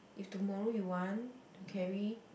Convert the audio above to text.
if tomorrow you want to carry